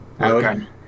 Okay